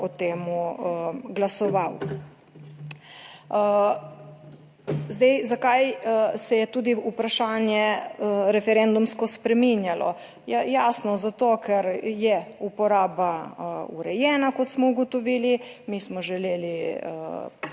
o tem glasoval. Zdaj, zakaj se je tudi vprašanje referendumsko spreminjalo. Jasno zato ker je uporaba urejena, kot smo ugotovili, mi smo želeli urediti